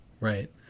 Right